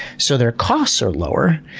so their costs are lower.